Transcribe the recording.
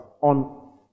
on